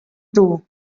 too